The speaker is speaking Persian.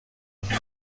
مدیره